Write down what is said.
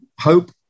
hope